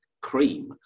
cream